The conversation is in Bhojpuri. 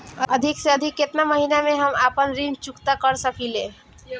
अधिक से अधिक केतना महीना में हम आपन ऋण चुकता कर सकी ले?